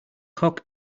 cock